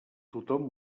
tothom